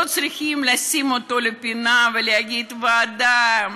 לא צריך לשים אותו בפינה ולהגיד: ועדה,